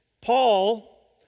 Paul